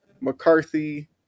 McCarthy